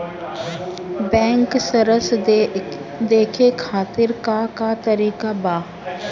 Bank सराश देखे खातिर का का तरीका बा?